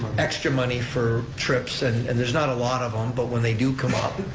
extra money for trips, and and there's not a lot of them, but when they do come up,